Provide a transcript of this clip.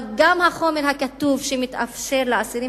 אבל גם החומר הכתוב שמתאפשר לאסירים